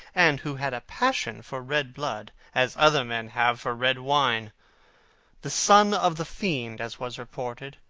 and who had a passion for red blood, as other men have for red wine the son of the fiend, as was reported,